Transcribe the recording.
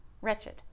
wretched